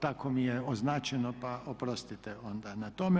Tako mi je označeno, pa oprostite onda na tome.